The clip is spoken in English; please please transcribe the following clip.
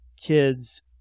kids